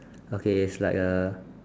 okay it's like a